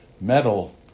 metal